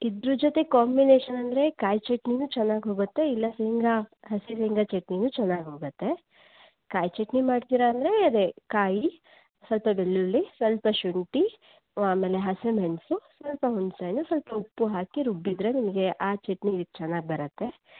ಇದರ ಜೊತೆ ಕಾಂಬಿನೇಶನ್ ಅಂದರೆ ಕಾಯಿ ಚಟ್ನಿನೂ ಚೆನ್ನಾಗಿ ಹೋಗತ್ತೆ ಇಲ್ಲ ಶೇಂಗಾ ಹಸಿ ಶೇಂಗಾ ಚಟ್ನಿನೂ ಚೆನ್ನಾಗಿ ಹೋಗತ್ತೆ ಕಾಯಿ ಚಟ್ನಿ ಮಾಡ್ತೀರ ಅಂದರೆ ಅದೇ ಕಾಯಿ ಸ್ವಲ್ಪ ಬೆಳ್ಳುಳ್ಳಿ ಸ್ವಲ್ಪ ಶುಂಠಿ ವ ಆಮೇಲೆ ಹಸಿಮೆಣಸು ಸ್ವಲ್ಪ ಹುಣಸೆಹಣ್ಣು ಸ್ವಲ್ಪ ಉಪ್ಪು ಹಾಕಿ ರುಬ್ಬಿದರೆ ನಿಮಗೆ ಆ ಚಟ್ನಿ ಚೆನ್ನಾಗಿ ಬರತ್ತೆ